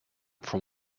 from